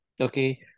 okay